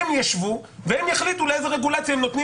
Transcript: הם ישבו והם יחליטו לאיזה רגולציה הם נותנים